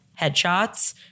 headshots